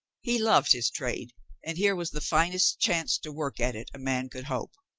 he loved his trade and here was the finest chance to work at it a man could hope.